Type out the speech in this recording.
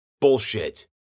Bullshit